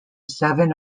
seven